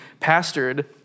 pastored